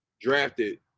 drafted